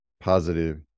positive